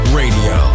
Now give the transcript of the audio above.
radio